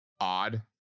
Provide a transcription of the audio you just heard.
odd